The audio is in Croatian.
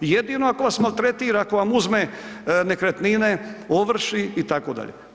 Jedino ako vas maltretira, ako vam uzme nekretnine, ovrši itd.